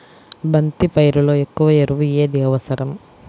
బంతి పైరులో ఎక్కువ ఎరువు ఏది అవసరం?